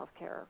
healthcare